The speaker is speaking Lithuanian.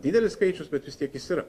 didelis skaičius bet vis tiek jis yra